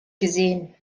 gesehen